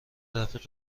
رفیق